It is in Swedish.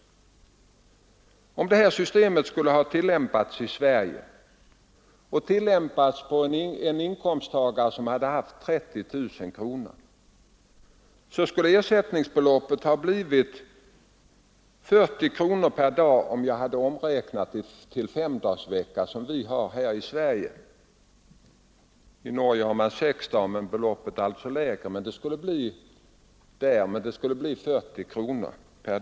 Om detta system skulle ha tillämpats i Sverige för en årsinkomst på 30 000 kronor, skulle ersättningsbeloppet ha blivit 40 kronor per dag räknat på femdagarsvecka som vi har i Sverige. I Norge har man sexdagarsvecka och där blir dagsersättningen lägre.